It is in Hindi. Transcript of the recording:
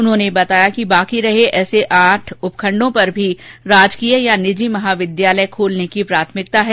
उन्होंने बताया कि शेष रहे ऐसे आठ उपखंड भी राजकीय अथवा निजी महाविद्यालय खोलने की प्राथमिकता में हैं